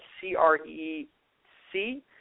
C-R-E-C